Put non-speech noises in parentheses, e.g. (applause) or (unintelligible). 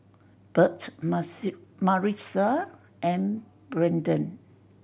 Burt (unintelligible) Maritza and Brennen